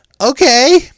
Okay